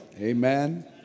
Amen